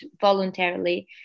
voluntarily